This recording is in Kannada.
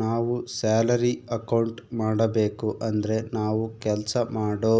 ನಾವ್ ಸ್ಯಾಲರಿ ಅಕೌಂಟ್ ಮಾಡಬೇಕು ಅಂದ್ರೆ ನಾವು ಕೆಲ್ಸ ಮಾಡೋ